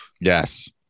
yes